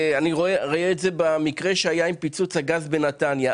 במקרה של פיצוץ הגז בנתניה,